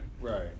Right